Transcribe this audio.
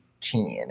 18